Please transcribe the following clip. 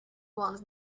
ones